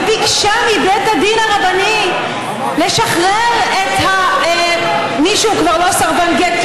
וביקשה מבית הדין הרבני לשחרר את מי שהוא כבר לא סרבן גט,